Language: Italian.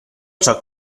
ciò